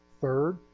Third